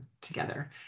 together